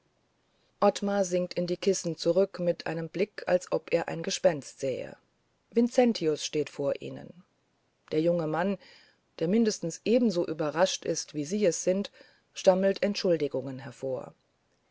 ottmar sinkt in die rissen zurück mit einem blick als ob er ein gespenst sähe vincentius steht vor ihnen der junge mann der mindestens ebenso überrascht ist wie sie es sind stammelt entschuldigungen hervor